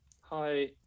hi